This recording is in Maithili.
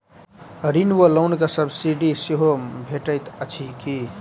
ऋण वा लोन केँ सब्सिडी सेहो भेटइत अछि की?